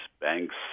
banks